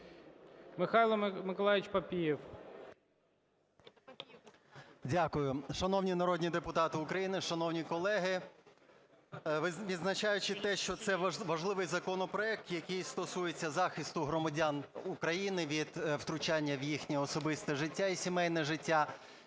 Дякую. Шановні народні депутати України, шановні колеги! Відзначаючи те, що це важливий законопроект, який стосується захисту громадян України від втручання в їхнє особисте життя і сімейне життя,